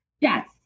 Yes